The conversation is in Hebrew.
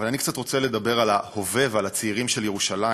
אבל אני קצת רוצה לדבר על ההווה ועל הצעירים של ירושלים,